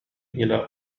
إلى